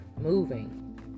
moving